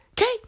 Okay